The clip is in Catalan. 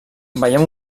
veiem